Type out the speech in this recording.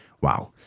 Wow